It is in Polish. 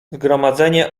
zgromadzenie